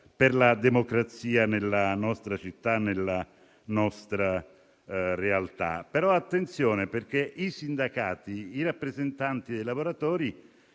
per la democrazia nella nostra città, nella nostra realtà. Attenzione, però, perché i sindacati, i rappresentanti dei lavoratori